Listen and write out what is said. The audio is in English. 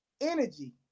energy